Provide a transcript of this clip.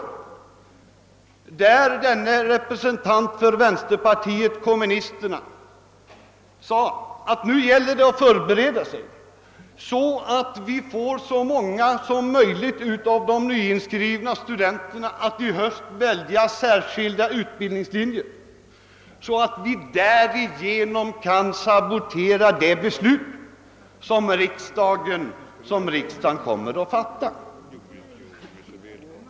Denne representant för vänsterpartiet kommunisterna sade att nu gäller det att förbereda sig så, att vi får så många som möjligt av de nyinskrivna studenterna att i höst välja särskilda utbildningslinjer; därigenom kan vi sabotera det beslut som riksdagen kommer att fatta.